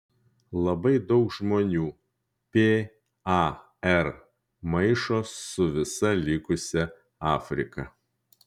labai daug žmonių par maišo su visa likusia afrika